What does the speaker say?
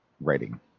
writing